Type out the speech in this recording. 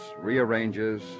rearranges